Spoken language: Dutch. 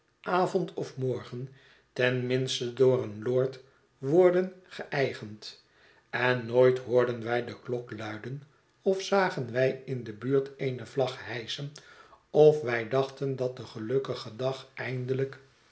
avond of morgen ten minste door een lord worden geeigend en nooit hoorden wij de klok luiden of zagen wij in de buurt eene vlag hijschen of wij dachten dat de gelukkige dag eindelijk